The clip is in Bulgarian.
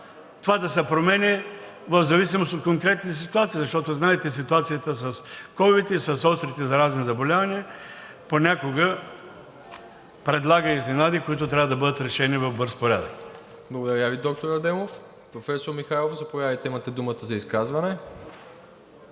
това да се променя в зависимост от конкретните ситуации, защото, знаете, ситуацията с ковид и с острите заразни заболявания – понякога предлага изненади, които трябва да бъдат решени в бърз порядък. ПРЕДСЕДАТЕЛ МИРОСЛАВ ИВАНОВ: Благодаря Ви, доктор Адемов. Професор Михайлов, заповядайте – имате думата за изказване.